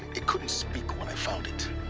it couldn't speak when i found it.